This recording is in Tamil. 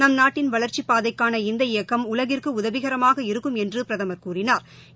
நம்நாட்டின் வளர்ச்சிப் பாதைக்கான இந்த இயக்கம் உலகிற்குஉதவிகரமாக இருக்கும் என்று பிரதமா் கூறினாள்